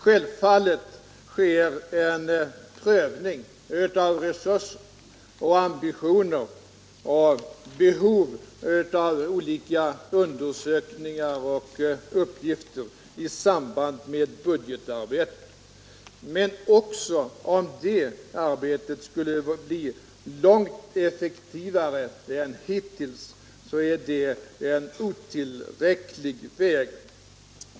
Självfallet sker en prövning av resurser, ambitioner och behov av olika undersökningar och uppgifter i samband med budgetarbetet. Men också om det arbetet skulle bli långt effektivare än hittills är det otillräckligt.